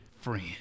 friend